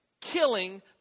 killing